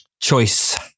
choice